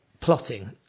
plotting